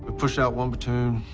but push out one platoon,